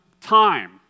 time